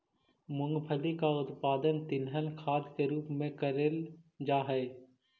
मूंगफली का उत्पादन तिलहन खाद के रूप में करेल जा हई